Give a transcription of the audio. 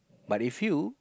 but if you